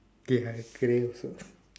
okay I have grey also